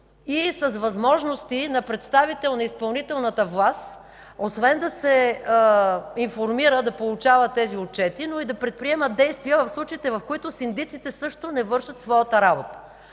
и с възможности на представител на изпълнителната власт освен да се информира, да получава тези отчети, но и да предприема действия в случаите, в които синдиците също не вършат своята работа.